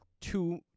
two